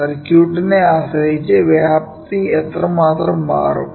സർക്യൂട്ടിനെ ആശ്രയിച്ച് വ്യാപ്തി എത്രമാത്രം മാറും